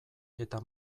eta